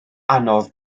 anodd